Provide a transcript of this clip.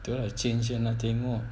tu lah change yang nak tengok